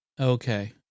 Okay